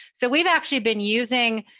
so we've actually been using